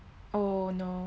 oh no